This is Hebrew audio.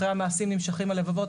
אחרי המעשים נמשכים הלבבות,